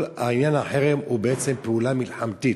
כל עניין החרם הוא פעולה מלחמתית.